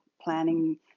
planning